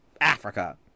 Africa